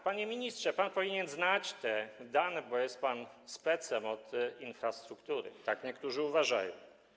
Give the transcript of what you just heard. Panie ministrze, pan powinien znać te dane, bo jest pan specem od infrastruktury - tak niektórzy uważają.